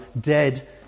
dead